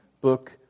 book